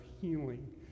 healing